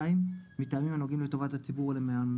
מטעמים הנוגעים לעניין הציבור או לעניין